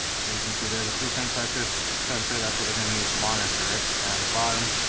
so you can see there's a fuel tank pressure sensor, that's what they're going to use to monitor it down the bottom